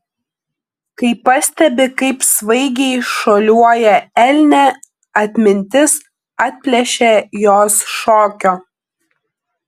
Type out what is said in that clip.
kai pastebi kaip svaigiai šuoliuoja elnė atmintis atplėšia jos šokio